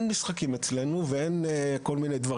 אין אצלנו משחקים.